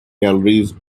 galleries